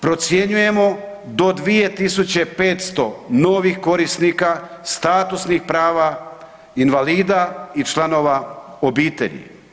Procjenjujemo do 2500 novih korisnika statusnih prava invalida i članova obitelji.